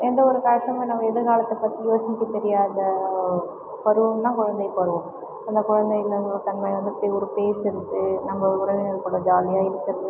எந்த ஒரு கஷ்டமும் நம்ம எதிர்காலத்தை பற்றி யோசிக்கத் தெரியாத பருவம்னா குழந்தைப் பருவம் அந்த குழந்தைங்க வந்து தன்மையான பேச் ஒரு பேசுகிறது நம்ப உறவினர் கூட ஜாலியாக இருக்கிறது